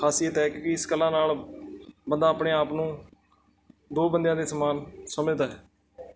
ਖਾਸੀਅਤ ਹੈ ਕਿਉਂਕਿ ਇਸ ਕਲਾ ਨਾਲ ਬੰਦਾ ਆਪਣੇ ਆਪ ਨੂੰ ਦੋ ਬੰਦਿਆਂ ਦੇ ਸਮਾਨ ਸਮਝਦਾ ਹੈ